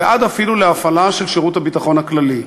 ועד אפילו להפעלה של שירות הביטחון הכללי.